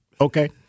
Okay